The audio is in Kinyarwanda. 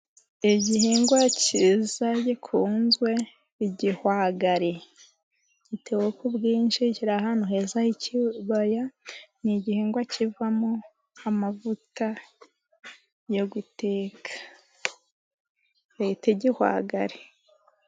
Igihingwa kiza gikunzwe, igihwagari gitubuka ku bwinshi kiri ahantu heza h'ikibaya, n' igihingwa kivamo amavuta ya guteka kwita igihwagari.